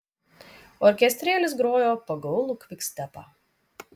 orkestrėlis grojo pagaulų kvikstepą